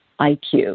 IQ